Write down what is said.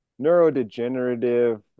neurodegenerative